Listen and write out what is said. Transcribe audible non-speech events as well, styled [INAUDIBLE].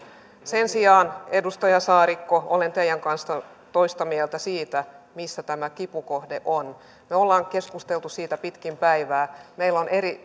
sen sijaan edustaja saarikko olen teidän kanssanne toista mieltä siitä missä tämä kipukohta on me olemme keskustelleet siitä pitkin päivää meillä on eri [UNINTELLIGIBLE]